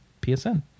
PSN